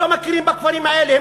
לא מכירים בכפרים האלה.